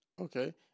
okay